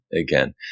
again